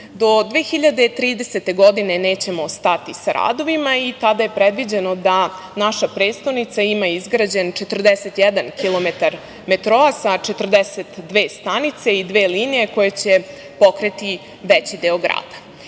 Do 2030. godine nećemo stati sa radovima i tada je predviđeno da naša prestonica ima izgrađen 41 kilometar metroa sa 42 stanice i dve linije koje će pokriti veći deo